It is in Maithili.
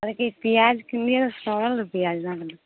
कहली की पिआज किनलियै सड़ल पिआज दऽ देलियै